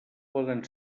poden